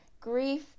grief